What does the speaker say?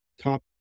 top